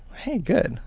hey, good,